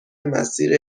مسیر